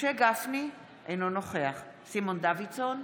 משה גפני, אינו נוכח סימון דוידסון,